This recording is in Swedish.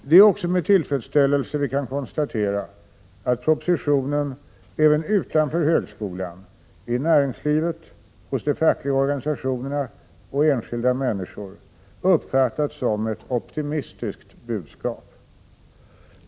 Det är också med tillfredsställelse vi kan konstatera att propositionen även utanför högskolan, i näringslivet, hos de fackliga organisationerna och enskilda människor, uppfattats som ett optimistiskt budskap.